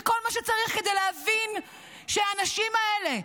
זה כל מה שצריך כדי להבין שהאנשים האלה,